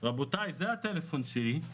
את הטלפון שלו,